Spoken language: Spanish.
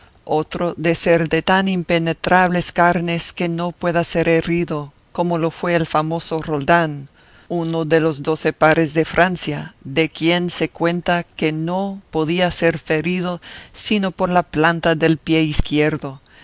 otro de ser de tan impenetrables carnes que no pueda ser herido como lo fue el famoso roldán uno de los doce pares de francia de quien se cuenta que no podía ser ferido sino por la planta del pie izquierdo